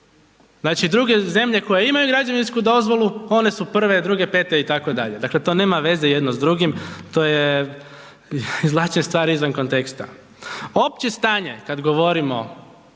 Znači druge zemlje koje imaju građevinsku dozvolu, one su 1., 2., 5. itd., dakle to nema veze jedno s drugim, to je izvlačenje stvari izvan konteksta. Opće stanje kad govorimo